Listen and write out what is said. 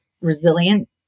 resilient